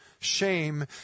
Shame